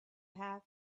have